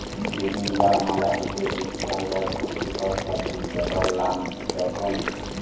বিরিনজাল মালে হচ্যে ইক ধরলের পুষ্টিকর সবজি যেটর লাম বাগ্যুন